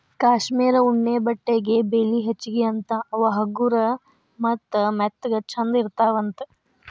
cashmere ಉಣ್ಣೆ ಬಟ್ಟೆಗೆ ಬೆಲಿ ಹೆಚಗಿ ಅಂತಾ ಅವ ಹಗರ ಮತ್ತ ಮೆತ್ತಗ ಚಂದ ಇರತಾವಂತ